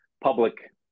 public